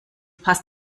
passt